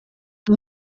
the